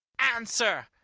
answer,